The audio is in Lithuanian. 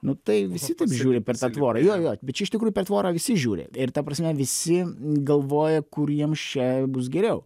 nu tai visi taip žiūri per tą tvorą jo jo bet iš tikrųjų per tvorą visi žiūri ir ta prasme visi galvoja kur jiems čia bus geriau